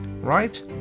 right